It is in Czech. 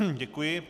Děkuji.